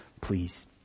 please